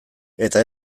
eta